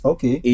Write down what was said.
Okay